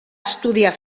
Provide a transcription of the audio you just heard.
estudiar